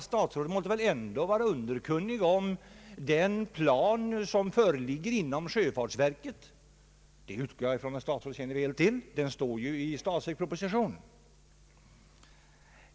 Statsrådet måste väl ändå vara underkunnig om den plan som föreligger inom sjöfartsverket. Den utgår jag ifrån att statsrådet känner väl till — den står ju i statsverkspropositionen.